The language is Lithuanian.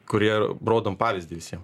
kurie rodom pavyzdį visiem